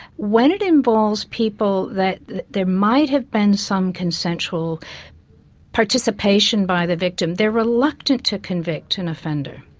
when it involves people that there might have been some consensual participation by the victim, they're reluctant to convict an offender.